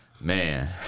man